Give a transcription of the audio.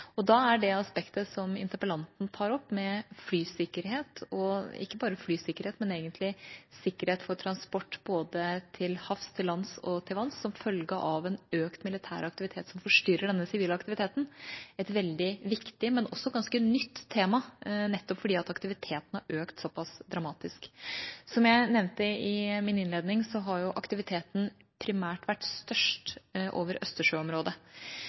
Da er det aspektet som interpellanten tar opp med flysikkerhet – ikke bare flysikkerhet, men egentlig sikkerhet for transport både til havs, til lands og til vanns som følge av en økt militær aktivitet som forstyrrer den sivile aktiviteten – et veldig viktig, men også ganske nytt tema, nettopp fordi aktiviteten har økt såpass dramatisk. Som jeg nevnte i min innledning, har aktiviteten primært vært størst over østersjøområdet,